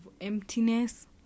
emptiness